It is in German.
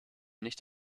nicht